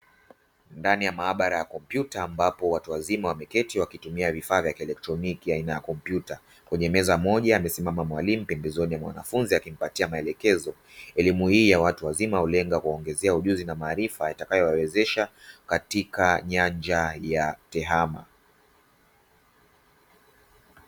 Ndani ya maabara ya kompyuta ambapo watu wazima wameketi, wakitumia vifaa vya kielektroniki aina ya kompyuta. Kwenye meza moja amesimama mwalimu, pembezoni mwa mwanafunzi akimpatia maelekezo. Elimu hii ya watu wazima hulenga kuwaongezea ujuzi na maarifa yatakayowawezesha katika nyanja ya tehama.